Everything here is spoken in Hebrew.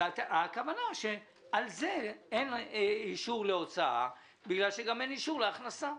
הכוונה שעל זה אין אישור להוצאה כי גם אין אישור להכנסה.